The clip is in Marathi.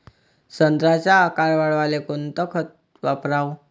संत्र्याचा आकार वाढवाले कोणतं खत वापराव?